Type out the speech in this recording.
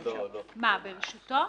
"ברשותו".